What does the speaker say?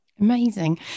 amazing